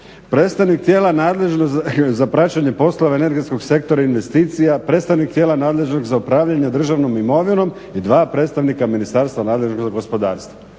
predstavnik tijela nadležnog za praćenje poslova energetskog sektora i investicija, predstavnik tijela nadležnog za upravljanje državnom imovinom i dva predstavnika Ministarstva nadležnog za gospodarstvo.